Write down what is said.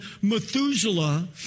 Methuselah